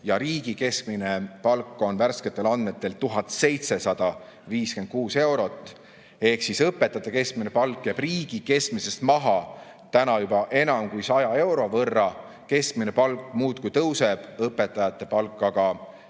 ja riigi keskmine palk on värsketel andmetel 1756 eurot ehk siis õpetajate keskmine palk jääb riigi keskmisest maha juba enam kui 100 euro võrra. Keskmine palk muudkui tõuseb, õpetajate palk aga